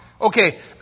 Okay